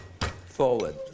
forward